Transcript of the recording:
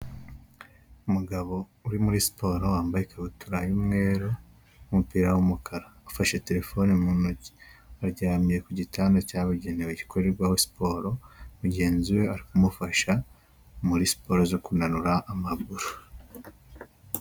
Umugabo uri muri siporo wambaye ikabutura y'umweru n'umupira w'umukara. Ufashe telefoni mu ntoki, aryamye ku gitanda cyabugenewe gikorerwaho siporo, mugenzi we ari kumufasha muri siporo zo kunanura amaguru.